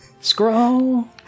Scroll